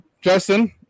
Justin